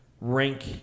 rank